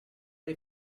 dei